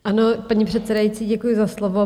Ano, paní předsedající, děkuji za slovo.